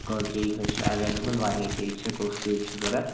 اَوا کیک حظ چھِ ایٚویلیبُل واریاہ کیک چھِ کُس کیک چھُ ضروٗرت